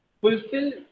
fulfill